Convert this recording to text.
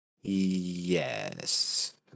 Yes